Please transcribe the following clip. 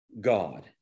God